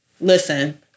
Listen